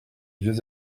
vieux